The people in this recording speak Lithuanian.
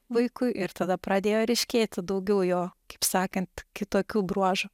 vaikui ir tada pradėjo ryškėti daugiau jo kaip sakant kitokių bruožų